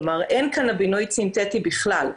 כלומר אין קנבינואיד סינתטי בכלל,